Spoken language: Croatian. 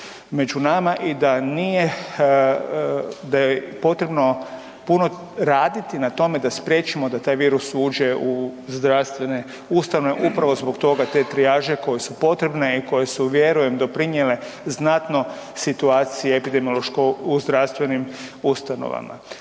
među nama i da je potrebno puno raditi na tome da spriječimo da taj virus uđe u zdravstvene ustanove, upravo zbog toga te trijaže koje su potrebne i koje su vjerujem doprinijele znatno situaciji epidemiološkoj u zdravstvenim ustanovama.